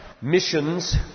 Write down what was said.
Missions